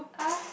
uh